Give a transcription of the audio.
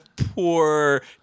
poor